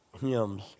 hymns